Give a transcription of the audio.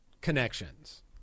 connections